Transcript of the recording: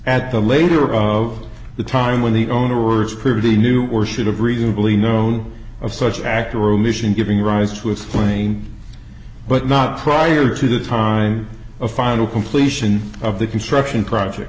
at the later of the time when the owner words pretty knew or should have reasonably known of such act or omission giving rise to explain but not prior to the time of final completion of the construction project